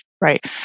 right